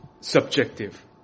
subjective